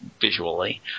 visually